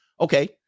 Okay